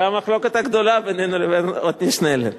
זה המחלוקת הגדולה בינינו, עתניאל שנלר.